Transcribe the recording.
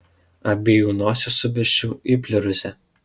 abiejų nosis subesčiau į pliurzę